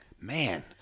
Man